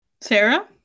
Sarah